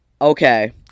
okay